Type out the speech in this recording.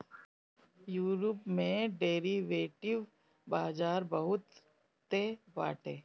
Europe में derivative बाजार बहुते बाटे